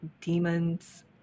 Demons